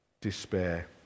despair